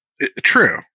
True